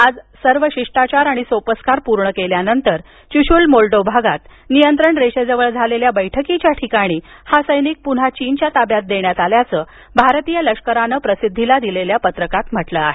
आज सर्व शिष्टाचार आणि सोपस्कार पूर्ण केल्यानंतर चुशूल मोल्डो भागात नियंत्रण रेषेजवळ झालेल्या बरुक्कीच्या ठिकाणी या सत्तिक पुन्हा चीनच्या ताब्यात देण्यात आल्याचं भरतीय लष्करानं प्रसिद्धीस दिलेल्या पत्रकात म्हटलं आहे